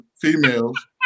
females